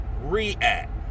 React